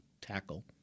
tackle